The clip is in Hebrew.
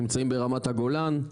נמצאים ברמת הגולן,